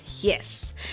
Yes